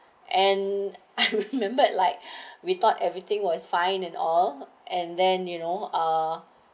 and I remembered like we thought everything was fine and all and then you know uh